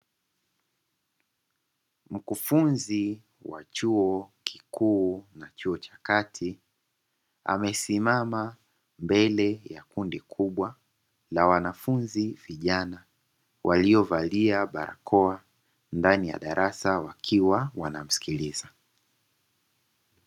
Mkufunzi wa chuo kikuu na chuo cha kati amesimama mbele ya kundi kubwa la wanafunzi vijana waliovalia barakoa, ndani ya darasa wakiwa wanamsikiliza.